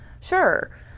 Sure